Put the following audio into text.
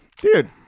dude